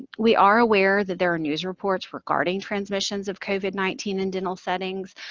we are aware that there are news reports regarding transmissions of covid nineteen in dental settings,